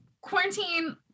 quarantine